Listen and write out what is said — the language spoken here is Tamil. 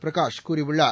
பிரகாஷ் கூறியுள்ளார்